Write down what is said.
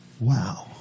Wow